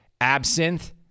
absinthe